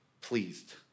pleased